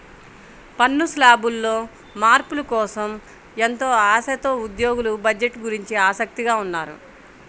పన్ను శ్లాబుల్లో మార్పుల కోసం ఎంతో ఆశతో ఉద్యోగులు బడ్జెట్ గురించి ఆసక్తిగా ఉన్నారు